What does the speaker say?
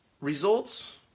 results